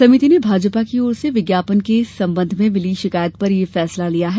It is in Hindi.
समिति ने भाजपा की ओर से विज्ञापन के संबंध में मिली शिकायत पर यह फैसला लिया है